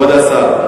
כבוד השר.